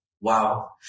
Wow